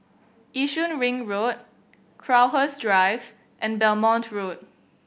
Yishun Ring Road Crowhurst Drive and Belmont Road